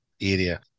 area